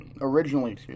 originally